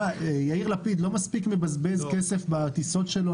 האם יאיר לפיד לא מספיק לבזבז כסף בטיסות שלו